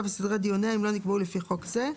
וסדרי דיוניה אם לא נקבעו לפי חוק זה,